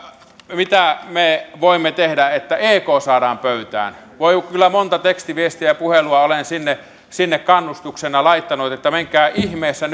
mitä me voimme tehdä että ek saadaan pöytään voi kyllä monta tekstiviestiä ja puhelua olen sinne sinne kannustuksena laittanut että menkää ihmeessä